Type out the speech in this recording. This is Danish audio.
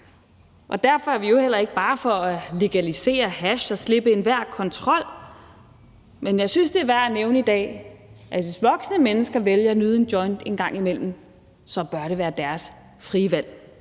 Derfor er vi heller ikke bare for at legalisere hash og slippe enhver kontrol, men jeg synes, det er værd at nævne i dag, at hvis voksne mennesker vælger at nyde en joint en gang imellem, bør det være deres frie valg.